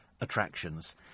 attractions